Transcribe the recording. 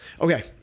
Okay